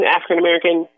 African-American